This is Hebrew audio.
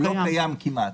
הוא לא קיים כמעט.